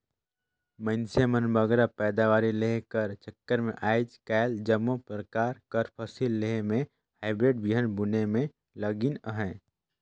मइनसे मन बगरा पएदावारी लेहे कर चक्कर में आएज काएल जम्मो परकार कर फसिल लेहे में हाईब्रिड बीहन बुने में लगिन अहें